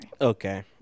Okay